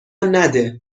نده